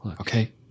Okay